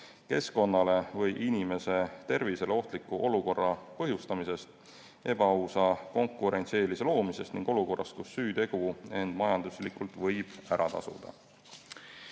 keskkonnale või inimese tervisele ohtliku olukorra põhjustamisest ebaausa konkurentsieelise loomiseks ning [olukordadest], kus süütegu võib end majanduslikult ära tasuda.